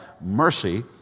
mercy